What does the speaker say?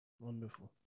Wonderful